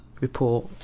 report